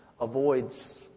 avoids